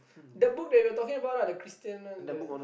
the book that we were talking about lah the Christian one the